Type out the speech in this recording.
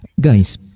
guys